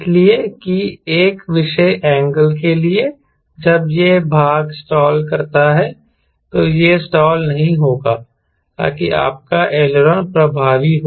इसलिए कि एक विशेष एंगल के लिए जब यह भाग स्टॉल करता है तो यह स्टाल नहीं होगा ताकि आपका एलेरॉन प्रभावी हो